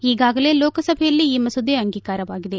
ಈಗಾಗಲೇ ಲೋಕಸಭೆಯಲ್ಲಿ ಈ ಮಸೂದೆ ಅಂಗೀಕಾರವಾಗಿದೆ